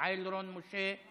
יעל רון בן משה,